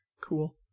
Cool